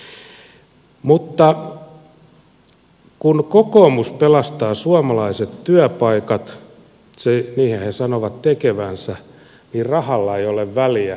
mutta kun kokoomus pelastaa suomalaiset työpaikat niinhän he sanovat tekevänsä niin rahalla ei ole väliä